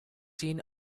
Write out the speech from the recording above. seen